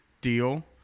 deal